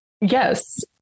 Yes